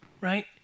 right